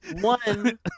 one